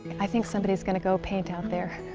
i think somebody is going to go paint out there.